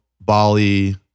Bali